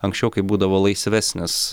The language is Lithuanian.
anksčiau kai būdavo laisvesnis